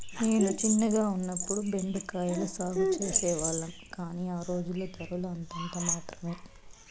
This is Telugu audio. నేను చిన్నగా ఉన్నప్పుడు బెండ కాయల సాగు చేసే వాళ్లము, కానీ ఆ రోజుల్లో ధరలు అంతంత మాత్రమె